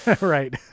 Right